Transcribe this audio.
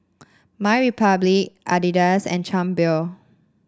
MyRepublic Adidas and Chang Beer